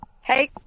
Hey